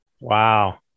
Wow